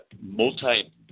multi-